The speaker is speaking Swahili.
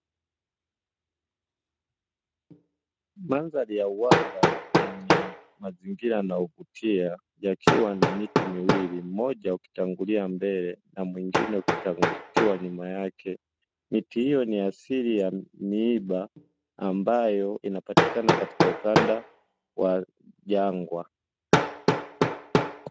Mandhari yenye uwanda yenye mazingira yanayovutia yakiwa na miti kiwili mmoja ukitangulia mbele na mwingine ukiwa nyuma yake, miti hiyo ni asili ya miba ambayo inapatikana katika ukanda wa jangwa.